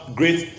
great